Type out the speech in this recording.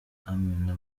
amina